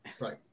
Right